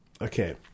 okay